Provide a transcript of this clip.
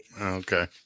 Okay